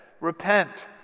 Repent